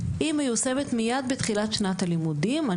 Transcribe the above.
מיושמת מיד בתחילת שנת הלימודים.